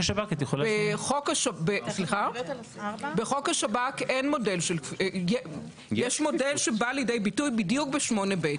בחוק השב"כ יש מודל שבא לידי ביטוי בדיוק ב-8ב,